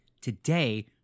Today